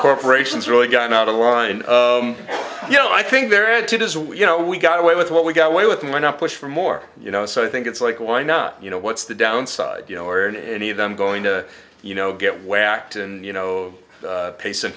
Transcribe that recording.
corporations really gotten out of line you know i think their attitude isn't you know we got away with what we got away with and why not push for more you know so i think it's like why not you know what's the downside you know or in any of them going to you know get whacked and you know